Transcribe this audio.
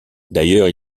d’ailleurs